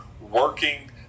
working